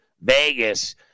Vegas